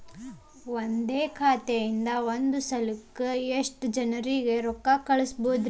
ಒಂದ್ ಖಾತೆಯಿಂದ, ಒಂದ್ ಸಲಕ್ಕ ಎಷ್ಟ ಜನರಿಗೆ ರೊಕ್ಕ ಕಳಸಬಹುದ್ರಿ?